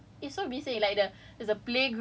the basement kan you're talking about the basement right